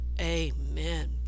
Amen